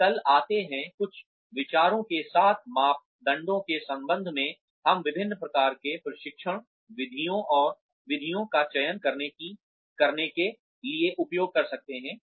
और कल आते हैं कुछ विचारों के साथ मापदंडों के संबंध में हम विभिन्न प्रकार के प्रशिक्षण विधियों का चयन करने के लिए उपयोग कर सकते हैं